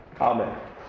Amen